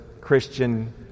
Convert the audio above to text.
Christian